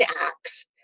acts